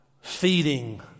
feeding